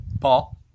Paul